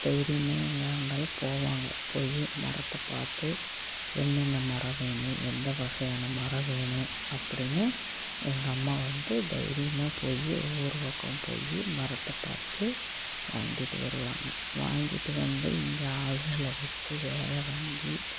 தைரியமாக எங்கே இருந்தாலும் போவாங்க போய் மரத்தை பார்த்து என்னென்ன மரம் வேணும் எந்த வகையான மரம் வேணும் அப்படின்னு எங்கள் அம்மா வந்து தைரியமாக போய் ஊர் பக்கம் போய் மரத்தை பார்த்து வாங்கிகிட்டு வருவாங்க வாங்கிகிட்டு வந்து இங்கே ஆளுகளை வச்சு வேலை வாங்கி